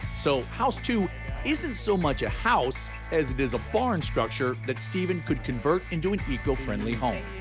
so house two isn't so much a house as it is a barn structure that stephen could convert into an eco-friendly home.